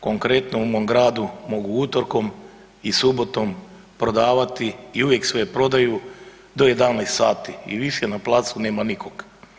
Konkretno u mom gradu mogu utorkom i subotom prodavati i uvijek sve prodaju do 11 sati i više na placu nema nikog.